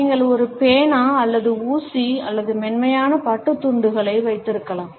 நீங்கள் ஒரு பேனா அல்லது ஊசி அல்லது மென்மையான பட்டுத் துண்டுகளை வைத்திருக்கலாம்